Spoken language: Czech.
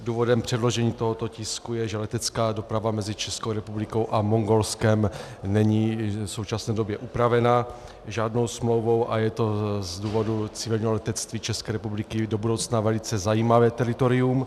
Důvodem předložení tohoto tisku je, že letecká doprava mezi Českou republikou a Mongolskem není v současné době upravena žádnou smlouvou, a je to z důvodu civilního letectví České republiky do budoucna velice zajímavé teritorium.